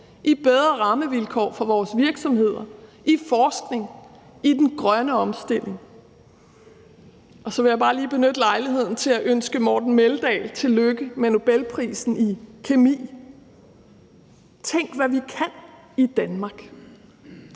i bedre rammevilkår for vores virksomheder, i forskning, i den grønne omstilling. Og så vil jeg bare lige benytte lejligheden til at ønske Morten Meldal tillykke med Nobelprisen i kemi. Tænk, hvad vi kan i Danmark.